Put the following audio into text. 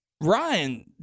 Ryan